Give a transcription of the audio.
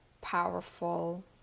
powerful